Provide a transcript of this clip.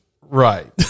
Right